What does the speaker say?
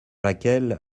laquelle